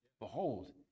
Behold